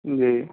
जी